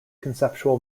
conceptual